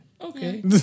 Okay